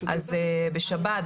אז בשבת,